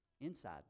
Inside